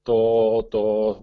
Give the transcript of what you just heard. to to